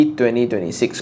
2026